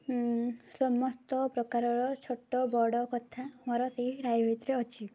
ସମସ୍ତ ପ୍ରକାରର ଛୋଟ ବଡ଼ କଥା ମୋର ସେଇ ଡାଏରୀରେ ଅଛି